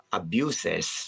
abuses